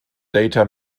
data